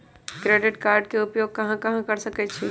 Credit card के उपयोग कहां कहां कर सकईछी?